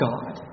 God